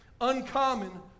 uncommon